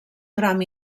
tram